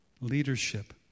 leadership